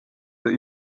that